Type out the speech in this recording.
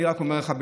אני רק אומר לך,